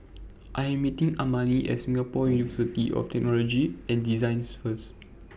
I Am meeting Amani At Singapore University of Technology and Design First